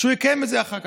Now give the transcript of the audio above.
הוא יקיים את זה אחר כך.